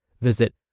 Visit